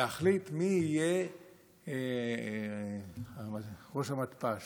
להחליט מי יהיה ראש המתפ"ש,